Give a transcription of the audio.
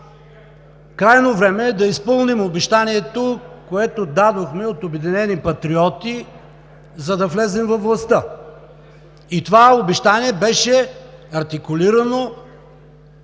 Крайно време е да изпълним обещанието, което дадохме от „Обединени патриоти“, за да влезем във властта. И това обещание беше артикулирано,